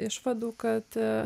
išvadų kad